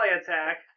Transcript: attack